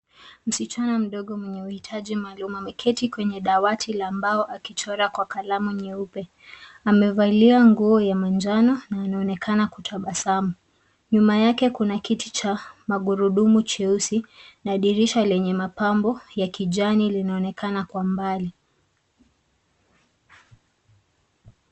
Msichana mdogo mwenye mahitaji maalumu ameketi kwenye dawati la mbao akichora kwa kalamu nyeupe. Amevalia nguo ya manjano na anaonekana kutabasamu. Nyuma yake kuna kiti cha magurudumu cheusi na dirisha lenye mapambo ya kijani linaonekana kwa mbali.